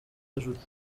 julie